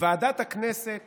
ועדת הכנסת